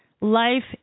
life